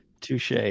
Touche